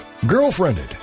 Girlfriended